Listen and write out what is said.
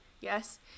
yes